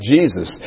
Jesus